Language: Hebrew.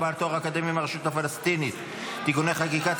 בעל תואר אקדמי מהרשות הפלסטינית (תיקוני חקיקה),